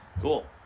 Cool